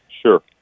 Sure